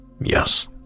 Yes